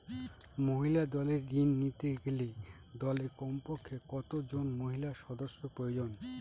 মহিলা দলের ঋণ নিতে গেলে দলে কমপক্ষে কত জন মহিলা সদস্য প্রয়োজন?